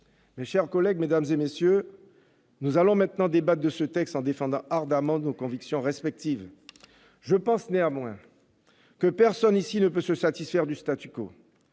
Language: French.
Mes chers collègues, nous allons maintenant débattre de ce texte en défendant ardemment nos convictions respectives. Je pense néanmoins que personne ici ne peut se satisfaire du.